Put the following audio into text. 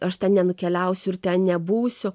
aš ten nenukeliausiu ir ten nebūsiu